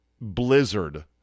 blizzard